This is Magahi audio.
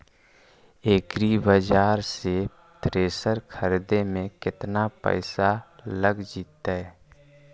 एग्रिबाजार से थ्रेसर खरिदे में केतना पैसा लग जितै?